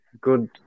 good